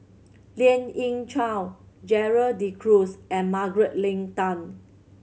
Lien Ying Chow Gerald De Cruz and Margaret Leng Tan